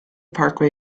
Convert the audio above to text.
parkway